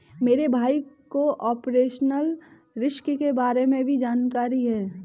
मेरे भाई को ऑपरेशनल रिस्क के बारे में सारी जानकारी है